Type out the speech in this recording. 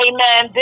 Amen